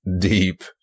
deep